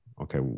okay